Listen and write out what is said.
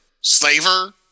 slaver